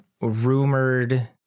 rumored